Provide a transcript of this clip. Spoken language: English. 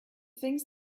things